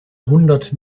hundert